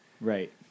Right